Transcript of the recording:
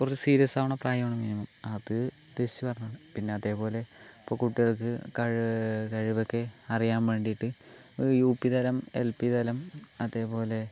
കുറച്ച് സീരിയസാവണ പ്രായമാണ് മിനിമം അത് ഉദ്ദേശിച്ച് പറഞ്ഞതാണ് പിന്നെ അതേപോലെ ഇപ്പോൾ കുട്ടികൾക്ക് കഴ് കഴിവൊക്കെ അറിയാൻ വേണ്ടിയിട്ട് ഒരു യുപി തലം എൽപി തലം അതേപോലെ